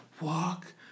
walk